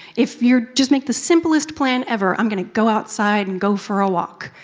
if you just make the simplest plan ever, i'm going to go outside and go for a walk.